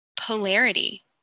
polarity